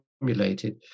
formulated